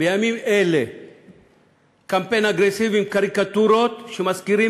בימים אלה מתנהל קמפיין אגרסיבי עם קריקטורות שמזכירות